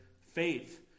faith